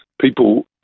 people